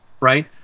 right